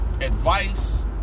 advice